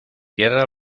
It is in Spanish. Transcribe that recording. cierra